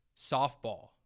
softball